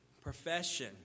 profession